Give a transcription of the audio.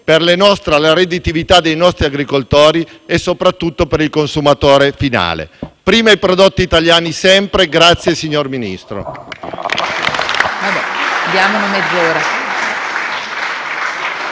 per la redditività dei nostri agricoltori e soprattutto per il consumatore finale. Prima i prodotti italiani, sempre. Grazie, signor Ministro.